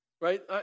right